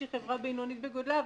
שהיא חברה בינונית בגודלה,